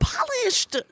Polished